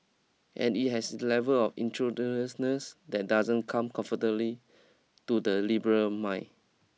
and it has a level of intrusiveness that doesn't come comfortably to the liberal mind